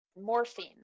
morphine